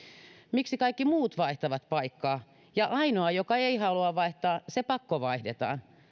miksi kaikki muut vaihtavat paikkaa ja ainoa joka ei halua vaihtaa pakkovaihdetaan